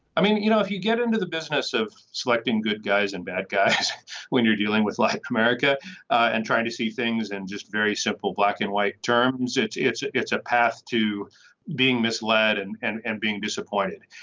i mean you know if you get into the business of selecting good guys and bad guys when you're dealing with like america and trying to see things and just very simple black and white terms it's it's it's a path to being misled and and being disappointed.